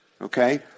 okay